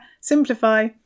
simplify